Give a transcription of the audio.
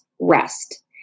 rest